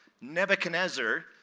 Nebuchadnezzar